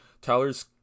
tyler's